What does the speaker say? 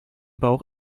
bauch